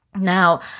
Now